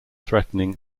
threatening